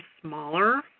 smaller